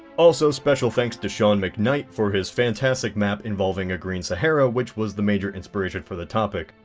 also special thanks to sean mcknight for his fantastic map involving a green sahara which was the major inspiration for the topic.